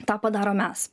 tą padarom mes